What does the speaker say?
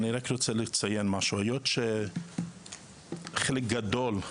אני רק רוצה לציין משהו היות שחלק גדול,